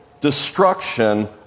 destruction